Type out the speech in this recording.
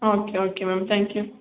okay okay ma'am thank you